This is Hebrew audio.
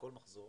בכל מחזור